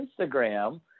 Instagram